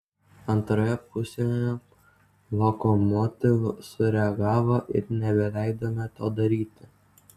antroje pusėje lokomotiv sureagavo ir nebeleidome to daryti